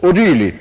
o. d.